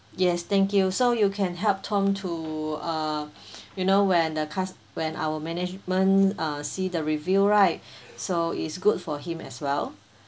yes thank you so you can help tom to err you know when the cust~ when our management uh see the review right so it's good for him as well